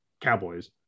Cowboys